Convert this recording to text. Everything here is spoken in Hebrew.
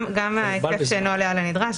גם ההיקף שאינו עולה על הנדרש,